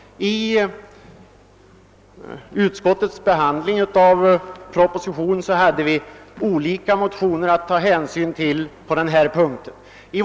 Vid behandlingen av propositionen hade utskottet att ta ställning till olika motioner på denna punkt.